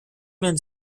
men